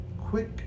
quick